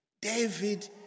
David